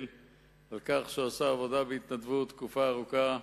על כך שהוא עשה עבודה בהתנדבות תקופה ארוכה,